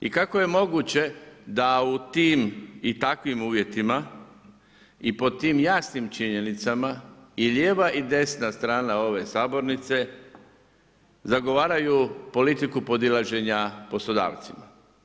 I kako je moguće da u tim i takvim uvjetima i pod tim jasnim činjenicama i lijeva i desna strana ove sabornice zagovaraju politiku podilaženja poslodavcima.